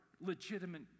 legitimate